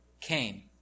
came